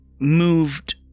moved